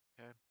Okay